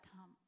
come